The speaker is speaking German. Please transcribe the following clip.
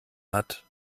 hat